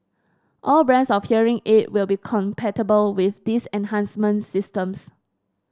all brands of hearing aid will be compatible with these enhancement systems